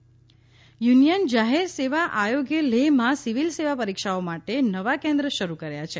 UPSC Ladakh union જાહેર સેવા આયોગ લેહમાં સિવિલ સેવા પરિક્ષાઓ માટે નવા કેન્દ્ર શરૂ કર્યા છે